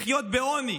לחיות בעוני